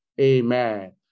Amen